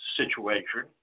situation